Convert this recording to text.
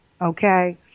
okay